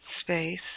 space